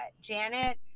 janet